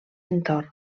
entorn